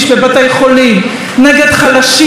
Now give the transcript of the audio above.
נגד נשים ובכל מקום.